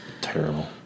Terrible